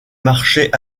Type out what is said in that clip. marchés